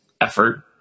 effort